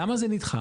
למה זה נדחה?